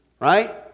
right